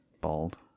Bald